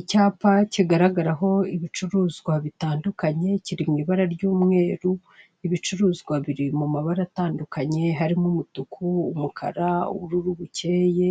Icyapa kigaragaraho ibicuruzzwa bitandukanye, kiri mu ibara ry'umweru, ibicuruzwa biri mu mabara atandukanye: harimo umutuku, umukara, ubururu bukeye,